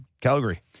Calgary